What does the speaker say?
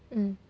mm